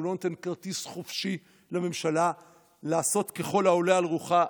הוא לא נותן כרטיס חופשי לממשלה לעשות ככל העולה על רוחה.